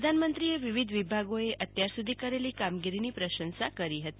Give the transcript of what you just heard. પ્રધાનમંત્રીએ વિવિધ વિભાગોએ અત્યાર સુ ધી કરેલી કામગીરીની પ્રશંસા કરી હતી